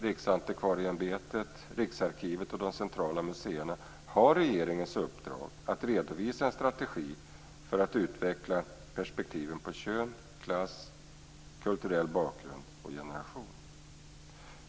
Riksantikvarieämbetet, Riksarkivet och de centrala museerna har regeringens uppdrag att redovisa en strategi för att utveckla perspektiven på kön, klass, kulturell bakgrund och generation.